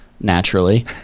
naturally